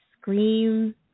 Scream